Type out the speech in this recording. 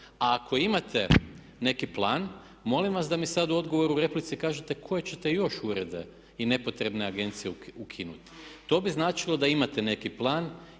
A ako imate neki plan molim vas da mi sad u odgovoru u replici kažete koje ćete još urede i nepotrebne agencije ukinuti. To bi značilo da imate neki plan